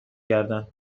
گردن